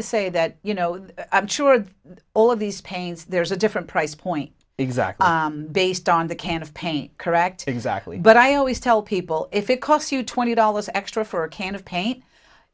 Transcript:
to say that you know i'm sure that all of these paints there's a different price point exactly based on the can of paint correct exactly but i always tell people if it costs you twenty dollars extra for a can of paint